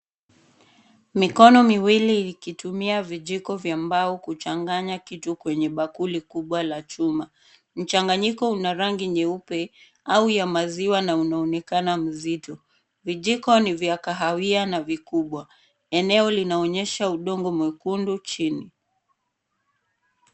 Mikono miwili vikitumia vijiko vya mbao kuchanganya kitu kwenye bakuli kubwaa chuma . Mchanganyiko Una rangi nyeupe au ya maziwa na unaonekana mzito. Vijiko ni vya kahawia na vikubwa . Eneo unaonyesha vidonge mwekundu chini.